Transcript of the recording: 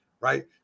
right